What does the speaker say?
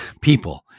people